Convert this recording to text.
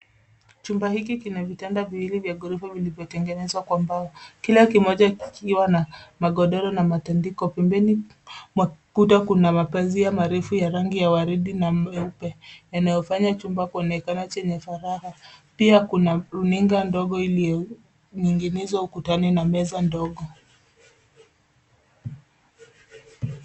Chumba hiki kina vitanda viwili vya ghorofa vilivyo tengenezwa kwa mbao. Kila kimoja kikiwa na magodoro na matandiko. Pembeni mwa kuta kuna mapazia marefu ya rangi ya waridi na meupe yanayofanya chumba kuonekana chenye faraha. Pia kuna runinga ndogo iliyoning'inizwa ukutani na meza ndogo.